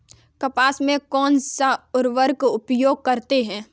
कपास में कौनसा उर्वरक प्रयोग करते हैं?